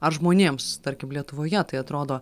ar žmonėms tarkim lietuvoje tai atrodo